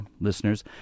listeners